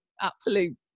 absolute